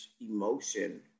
emotion